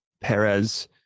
Perez